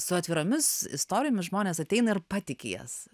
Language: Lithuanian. su atviromis istorijomis žmonės ateina ir patiki jas